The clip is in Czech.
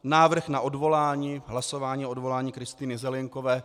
Návrh na odvolání, hlasování o odvolání Kristýny Zelienkové.